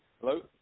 Hello